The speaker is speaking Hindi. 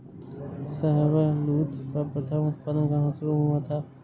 शाहबलूत का प्रथम उत्पादन कहां शुरू हुआ था?